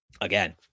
again